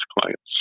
clients